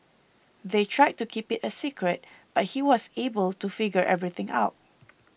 they tried to keep it a secret but he was able to figure everything out